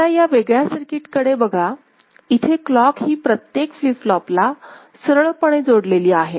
आता या वेगळ्या सर्किट कडे बघा इथे क्लॉक ही प्रत्येक फ्लीप फ्लोपला सरळ जोडलेली आहे